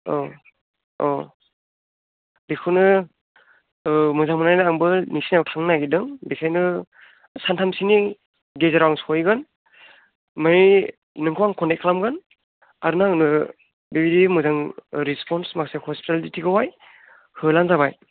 औ औ बेखौनो ओ मोजां मोननानै आंबो नोंसिनि जायगायाव थांनो नागेरदों बेनिखायनो सानथामसोनि गेजेराव आं सहैगोन ओमफ्राय नोंखौ आं कन्टेक्ट खालामगोन आरो नों आंनो बेबायदि मोजां रिसपन्स माखासे हस्पिटालिटिखौहाय होब्लानो जाबाय